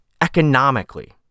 economically